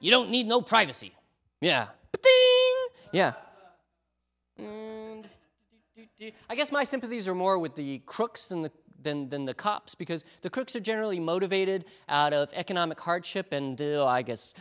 you don't need no privacy yeah yeah i guess my sympathies are more with the crooks than the than than the cops because the crooks are generally motivated out of economic hardship and i guess